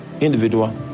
individual